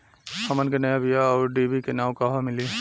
हमन के नया बीया आउरडिभी के नाव कहवा मीली?